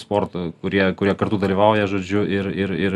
sporto kurie kurie kartu dalyvauja žodžiu ir ir ir